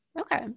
Okay